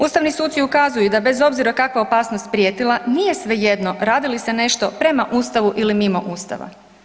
Ustavni suci ukazuju i da bez obzira kakva opasnost prijetila nije svejedno radi li se nešto prema Ustavu ili mimo Ustava.